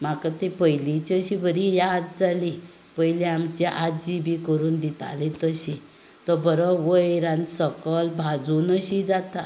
म्हाका ती पयलींची अशी बरी याद जाली पयलीं आमची आजी बी करून दिताली तशी तो बरो वयर आनी सकयल भाजून अशी जाता